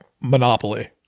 Monopoly